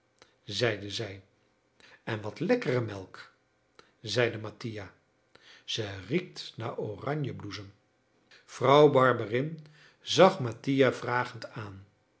zeide zij en wat lekkere melk zeide mattia ze riekt naar oranjebloesem vrouw barberin zag mattia vragend aan